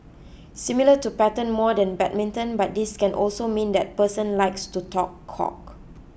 similar to pattern more than badminton but this can also mean that person likes to talk cock